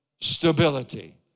stability